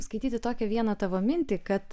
skaityti tokią vieną tavo mintį kad